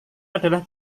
adalah